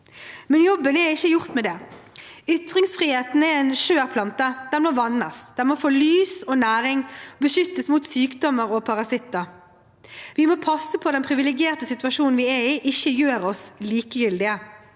Men jobben er ikke gjort med det. Ytringsfriheten er en skjør plante, den må vannes, den må få lys og næring og beskyttes mot sykdommer og parasitter. Vi må passe på at den privilegerte situasjonen vi er i, ikke gjør oss li kegyldige.